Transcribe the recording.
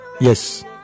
Yes